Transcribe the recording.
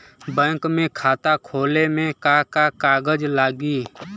Bank में खाता खोले मे का का कागज लागी?